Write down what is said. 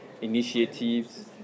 initiatives